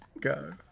Go